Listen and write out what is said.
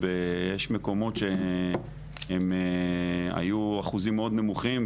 יש מקומות שהם היו אחוזים מאוד נמוכים.